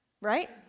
Right